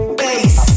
bass